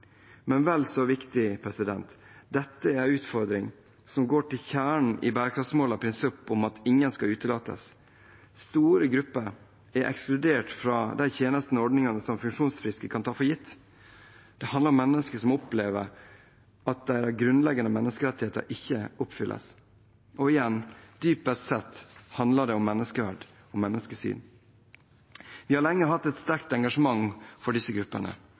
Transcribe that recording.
Men vel så viktig: Dette er utfordringer som går til kjernen i bærekraftsmålenes prinsipp om at ingen skal utelukkes. Store grupper er ekskludert fra de tjenester og ordninger som funksjonsfriske kan ta for gitt. Dette handler om mennesker som opplever at deres grunnleggende menneskerettigheter ikke oppfylles. Og igjen: Dypest sett handler det om menneskeverd og menneskesyn. Vi har lenge hatt et sterkt engasjement for disse gruppene.